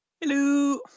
Hello